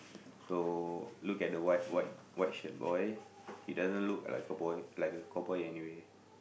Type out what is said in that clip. so look at the white white white shirt boy he doesn't look like a boy like a cowboy anyway